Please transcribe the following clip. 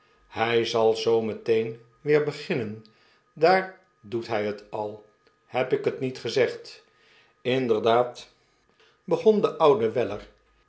hg zal zoo meteen weer beginnen daar doet hij het al heb ik het niet gezegd inderdaad begon de oude weller